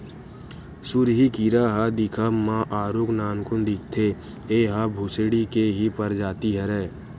सुरही कीरा ह दिखब म आरुग नानकुन दिखथे, ऐहा भूसड़ी के ही परजाति हरय